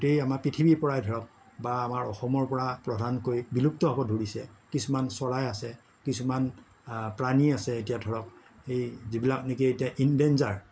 গোটেই আমাৰ পৃথিৱীৰ পৰাই ধৰক বা আমাৰ অসমৰ পৰা প্ৰধানকৈ বিলুপ্ত হ'ব ধৰিছে কিছুমান চৰাই আছে কিছুমান প্ৰাণী আছে এতিয়া ধৰক এই যিবিলাক নেকি এতিয়া ইনডেঞ্জাৰ